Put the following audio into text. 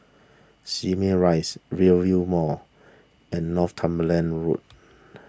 Simei Rise Rivervale Mall and Northumberland Road